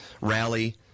rally